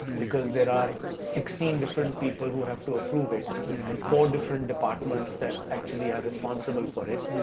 because there are sixteen different people who have to approve it and four different departments that actually are responsible for it,